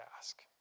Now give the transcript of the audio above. ask